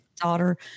daughter